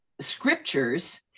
scriptures